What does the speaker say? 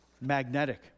magnetic